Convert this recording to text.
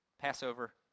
Passover